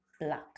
black